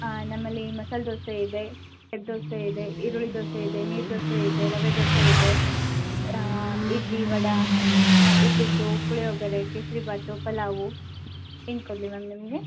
ಆ ನಮ್ಮಲ್ಲಿ ಮಸಾಲೆ ದೋಸೆ ಇದೆ ಸೆಟ್ ದೋಸೆ ಇದೆ ಈರುಳ್ಳಿ ದೋಸೆ ಇದೆ ನೀರು ದೋಸೆ ಇದೆ ರವೆ ದೋಸೆ ಇದೆ ಇಡ್ಲಿ ವಡ ಉಪ್ಪಿಟ್ಟು ಪುಳಿಯೋಗರೆ ಕೇಸರೀಬಾತು ಪಲಾವು ಏನು ಕೊಡಲಿ ಮ್ಯಾಮ್ ನಿಮಗೆ